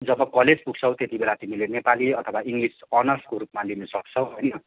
जब college पुग्छौ त्यतिबेला तिमीले नेपाली अथवा इङ्लिस अनर्सको रूपमा लिन सक्छौ होइन